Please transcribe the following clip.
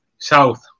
South